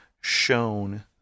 shown